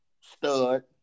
stud